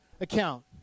account